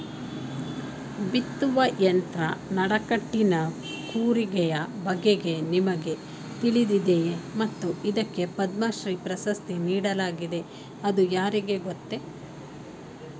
ಬಿತ್ತುವ ಯಂತ್ರ ನಡಕಟ್ಟಿನ ಕೂರಿಗೆಯ ಬಗೆಗೆ ನಿಮಗೆ ತಿಳಿದಿದೆಯೇ ಮತ್ತು ಇದಕ್ಕೆ ಪದ್ಮಶ್ರೀ ಪ್ರಶಸ್ತಿ ನೀಡಲಾಗಿದೆ ಅದು ಯಾರಿಗೆ ಗೊತ್ತ?